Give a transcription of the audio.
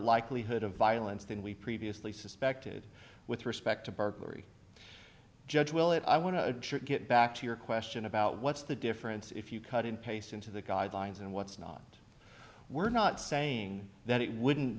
likelihood of violence than we previously suspected with respect to burglary judge will it i want to get back to your question about what's the difference if you cut and paste into the guidelines and what's not we're not saying that it wouldn't